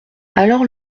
alors